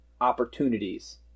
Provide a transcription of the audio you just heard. opportunities